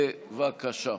בבקשה.